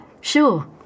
sure